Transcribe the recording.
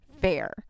Fair